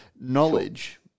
knowledge